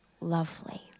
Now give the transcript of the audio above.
lovely